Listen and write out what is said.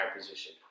position